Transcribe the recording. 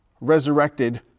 resurrected